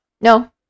no